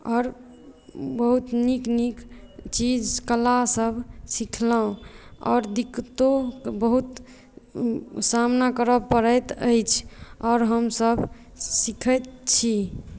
आओर बहुत नीक नीक चीज कलासभ सिखलहुँ आओर दिक्कतो बहुत सामना करय पड़ैत अछि आओर हमसभ सिखैत छी